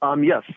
Yes